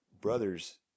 brothers